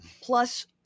plus